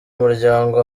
muryango